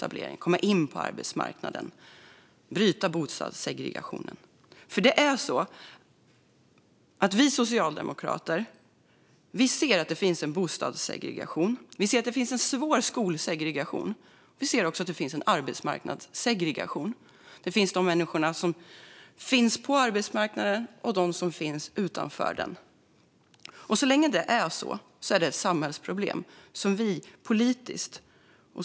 Det handlar om att komma in på arbetsmarknaden och att bryta bostadssegregationen. Vi socialdemokrater ser att det finns en bostadssegregation, och vi ser att det finns en svår skolsegregation. Vi ser också att det finns en arbetsmarknadssegregation. Det finns de människor som är inne på arbetsmarknaden och de som är utanför den. Så länge det är så är det ett samhällsproblem som vi måste se politiskt.